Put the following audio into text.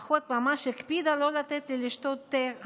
האחות ממש הקפידה לא לתת לי לשתות תה חם.